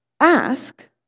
ask